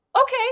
okay